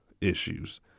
issues